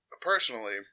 personally